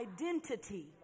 identity